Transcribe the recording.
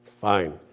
fine